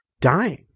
dying